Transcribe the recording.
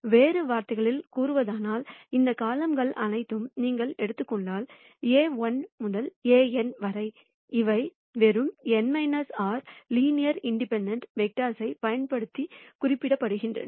வேறு வார்த்தைகளில் கூறுவதானால் இந்த காலம்கள் அனைத்தையும் நீங்கள் எடுத்துக் கொண்டால் A1 to An இவை வெறும் n r linear independent vectors பயன்படுத்தி குறிப்பிடப்படுகின்றன